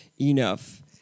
Enough